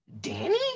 Danny